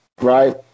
right